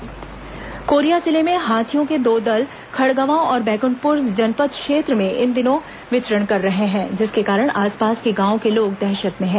हाथी आतंक कोरिया जिले में हाथियों के दो दल खड़गवां और बैकुंठपुर जनपद क्षेत्र में इन दिनों विचरण कर रहे हैं जिसके कारण आसपास के गांवों के लोग दहशत में हैं